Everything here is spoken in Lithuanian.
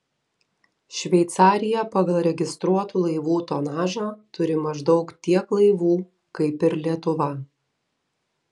šveicarija pagal registruotų laivų tonažą turi maždaug tiek laivų kaip ir lietuva